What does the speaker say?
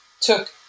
took